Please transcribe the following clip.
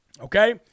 Okay